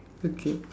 okay